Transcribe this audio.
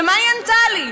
ומה היא ענתה לי?